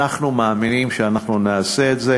אנחנו מאמינים שאנחנו נעשה את זה,